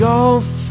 Golf